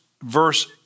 verse